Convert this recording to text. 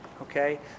okay